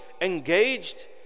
engaged